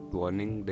warning